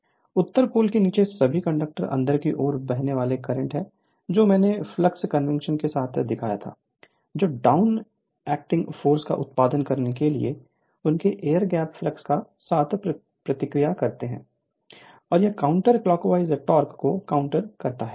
Refer Slide Time 0244 उत्तर पोल के नीचे सभी कंडक्टर अंदर की ओर बहने वाला करंट हैं जो मैंने फ्लक्स कन्वेंशन के साथ दिखाया था जो डाउन एक्टिंग फोर्स का उत्पादन करने के लिए उनके एयर गैप फ्लक्स के साथ प्रतिक्रिया करते हैं और यह काउंटर क्लॉकवाइज टॉर्क को काउंटर करता है